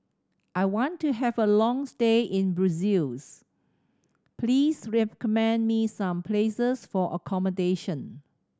I want to have a long stay in Brussels please recommend me some places for accommodation